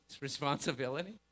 responsibility